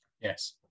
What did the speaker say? Yes